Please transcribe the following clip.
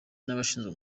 n’abashinzwe